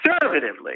conservatively